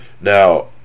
Now